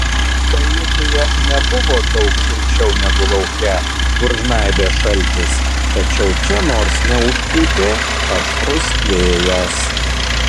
kajutėje nebuvo daug šilčiau negu lauke kur žnaibė šaltis tačiau čia nors neužpūtė aštrus vėjas